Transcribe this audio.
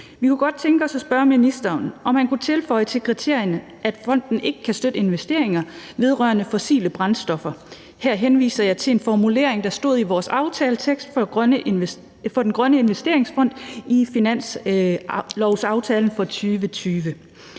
Vi kunne godt tænke os at spørge ministeren, om han kunne tilføje til kriterierne, at fonden ikke kan støtte investeringer vedrørende fossile brændstoffer. Her henviser jeg til en formulering, der stod i vores aftaletekst for den grønne investeringsfond i finanslovsaftalen for 2020.